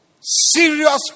serious